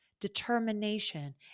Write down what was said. determination